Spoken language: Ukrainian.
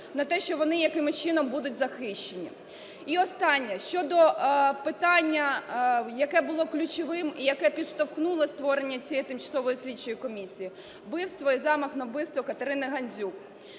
на те, що вони якимось чином будуть захищені. І останнє, щодо питання, яке було ключовим і яке підштовхнуло створення цієї тимчасової слідчої комісії, – вбивство і замах на вбивство КатериниГандзюк.